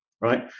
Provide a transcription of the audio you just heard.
right